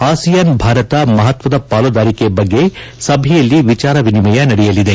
ASEAN Bharat ಮಹತ್ವದ ಪಾಲುದಾರಿಕೆ ಬಗ್ಗೆ ಸಭೆಯಲ್ಲಿ ವಿಚಾರ ವಿನಿಮಯ ನಡೆಯಲಿದೆ